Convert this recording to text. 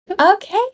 Okay